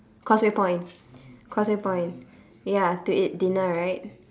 causeway point causeway point ya to eat dinner right